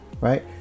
right